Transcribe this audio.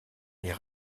est